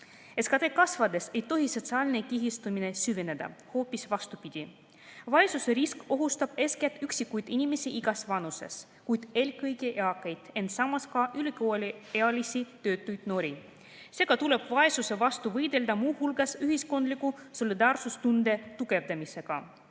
SKT kasvades ei tohi sotsiaalne kihistumine süveneda. Hoopis vastupidi. Vaesusrisk ohustab eeskätt üksikuid inimesi igas vanuses, kuid eelkõige eakaid, ent samas ka ülikooliealisi töötuid noori. Seega tuleb vaesuse vastu võidelda muu hulgas ühiskondliku solidaarsustunde tugevdamisega.20